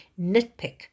nitpick